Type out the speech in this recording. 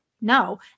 No